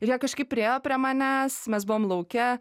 ir jie kažkaip priėjo prie manęs mes buvome lauke